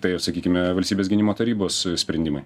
tai ir sakykime valstybės gynimo tarybos sprendimai